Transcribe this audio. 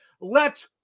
let